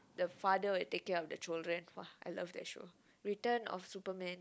the father will take care of the children !wah! I love that show return of superman